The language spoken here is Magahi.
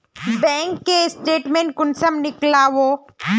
बैंक के स्टेटमेंट कुंसम नीकलावो?